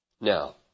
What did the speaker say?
Now